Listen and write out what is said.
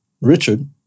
Richard